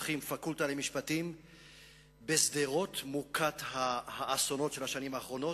פותחים פקולטה למשפטים בשדרות מוכת האסונות של השנים האחרונות.